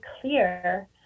clear